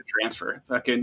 transfer